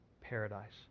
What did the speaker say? paradise